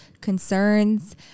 concerns